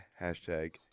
hashtag